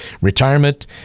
retirement